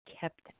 kept